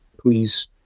please